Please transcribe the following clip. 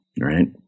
right